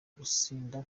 gusinda